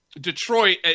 Detroit